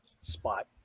spot